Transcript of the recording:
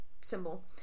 symbol